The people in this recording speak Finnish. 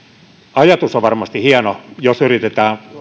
ajatus on varmasti hieno jos yritetään